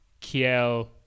kiel